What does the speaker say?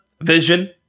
Vision